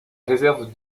réserve